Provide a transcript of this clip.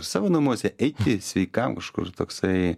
savo namuose eiti sveikam kažkur toksai